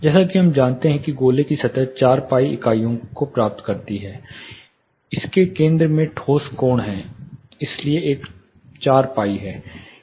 जैसा कि हम सभी जानते हैं कि गोले की सतह 4 pi इकाइयों को प्राप्त करती है इसके केंद्र में ठोस कोण है इसलिए एक 4pi है